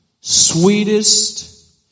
sweetest